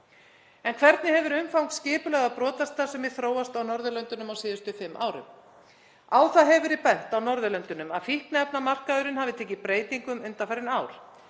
En hvernig hefur umfang skipulagðrar brotastarfsemi þróast á Norðurlöndunum á síðustu fimm árum? Á það hefur verið bent á Norðurlöndunum að fíkniefnamarkaðurinn hafi tekið breytingum undanfarin ár.